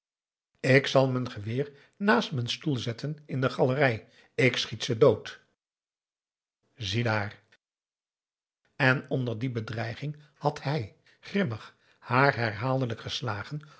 m'n geweer naast m'n stoel zetten in de galerij ik schiet ze dood ziedaar en onder die bedreiging had hij grimmig haar herhaaldelijk geslagen